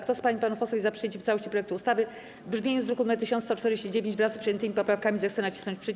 Kto z pań i panów posłów jest za przyjęciem w całości projektu ustawy w brzmieniu z druku nr 1149, wraz z przyjętymi poprawkami, zechce nacisnąć przycisk.